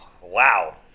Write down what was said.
Wow